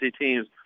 teams